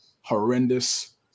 horrendous